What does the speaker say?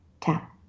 tap